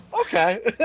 Okay